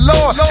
Lord